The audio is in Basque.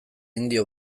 indio